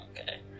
Okay